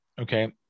okay